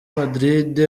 madrid